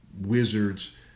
wizards